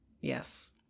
yes